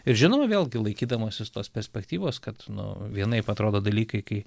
ir žinoma vėlgi laikydamasis tos perspektyvos kad nu vienaip atrodo dalykai kai